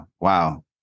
wow